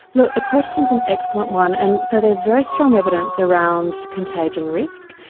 look, the question is an excellent one. and so there's very strong evidence around contagion risk.